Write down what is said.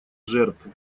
жертв